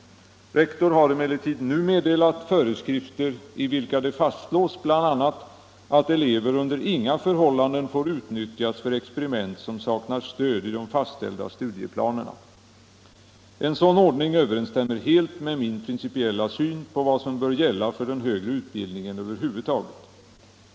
Rektor har emellertid nu meddelat föreskrifter i vilka det fastslås bl.a. att elever under inga förhållanden får utnyttjas för experiment som saknar stöd i de fastställda studieplanerna. En sådan ordning överensstämmer helt med min principiella syn på vad som bör gälla för den högre utbildningen över huvud taget.